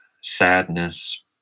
sadness